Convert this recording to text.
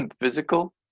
physical